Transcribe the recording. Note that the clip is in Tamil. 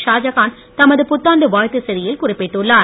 ஷாஜகான் தமது புத்தாண்டு வாழ்த்து செய்தியில் குறிப்பிட்டுள்ளார்